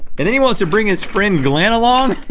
and then he wants to bring his friend glen along?